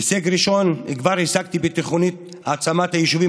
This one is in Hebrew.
הישג ראשון כבר השגתי בתוכנית העצמת היישובים